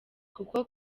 kuko